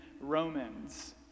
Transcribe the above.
Romans